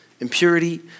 impurity